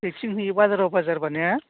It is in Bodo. एरैथिं हैयो बाजाराव बाजारबा ने